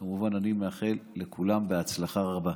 כמובן, אני מאחל לכולם בהצלחה רבה.